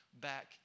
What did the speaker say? back